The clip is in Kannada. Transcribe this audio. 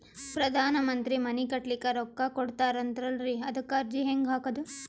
ಪ್ರಧಾನ ಮಂತ್ರಿ ಮನಿ ಕಟ್ಲಿಕ ರೊಕ್ಕ ಕೊಟತಾರಂತಲ್ರಿ, ಅದಕ ಅರ್ಜಿ ಹೆಂಗ ಹಾಕದು?